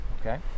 Okay